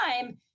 time